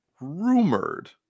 rumored